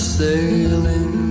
sailing